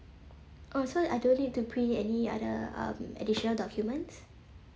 oh so I don't need to bring any other um additional documents